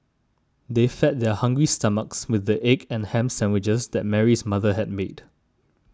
they fed their hungry stomachs with the egg and ham sandwiches that Mary's mother had made